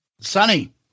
Sunny